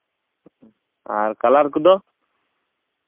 ᱟᱨ colour ᱠᱚᱫᱚ